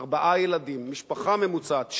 ארבעה ילדים, משפחה ממוצעת.